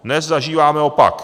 Dnes zažíváme opak.